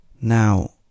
Now